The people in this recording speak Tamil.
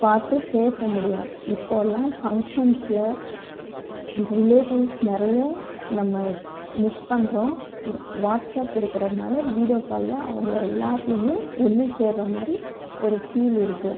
பார்த்து பேச முடியும் இப்போல்லாம் ஃபங்க்ஷன்ஸில் ரிலேட்டிவ்ஸு நிறைய நம்ம மிஸ் பண்ணுறோம் வா வாட்ஸப் இருக்கறதுனால் வீடியோ காலில் அவங்களை எல்லாத்தையுமே ஒன்று சேர்ற மாதிரி ஒரு ஃபீல் இருக்குது